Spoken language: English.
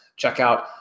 checkout